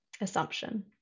assumption